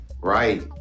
Right